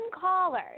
caller